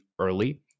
early